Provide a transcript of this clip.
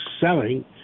selling